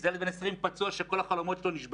בימים הראשונים ובשבועות הראשונים שבהם הם מגיעים,